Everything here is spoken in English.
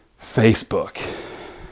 Facebook